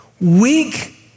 weak